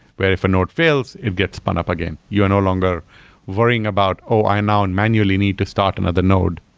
where if a node fails, it gets spun up again. you are no longer worrying about, oh, i now and manually need to start another node,